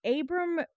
Abram